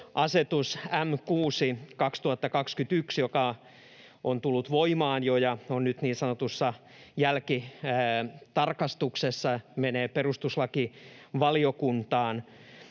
asetus M 6/2021, joka on jo tullut voimaan ja on nyt niin sanotussa jälkitarkastuksessa, menee perustuslakivaliokuntaan.